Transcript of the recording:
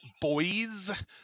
boys